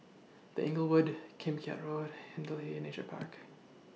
The Inglewood Kim Keat Road Hindhede Nature Park